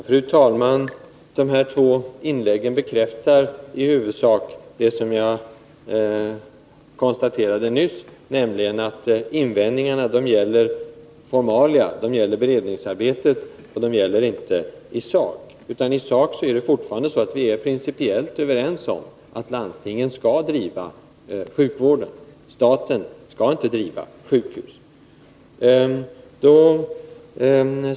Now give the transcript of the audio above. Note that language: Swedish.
Fru talman! De här två inläggen bekräftar i huvudsak det som jag konstaterade nyss, nämligen att invändningarna gäller formsaker. De gäller beredningsarbetet, men i sak är vi fortfarande principiellt överens om att landstingen skall bedriva sjukvården. Staten skall inte driva sjukhus.